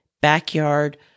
backyard